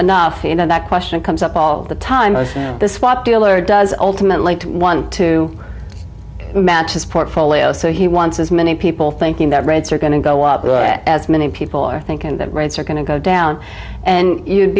enough to know that question comes up all the time this swap deal or does ultimately one to match his portfolio so he wants as many people thinking that rates are going to go up as many people are thinking that rates are going to go down and you'd